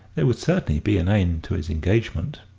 there would certainly be an end to his engagement.